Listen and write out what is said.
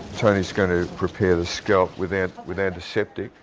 tony is going to prepare the scalp with and with antiseptic.